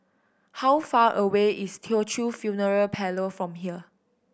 how far away is Teochew Funeral Parlour from here